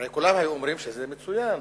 הרי כולם היו אומרים שזה מצוין.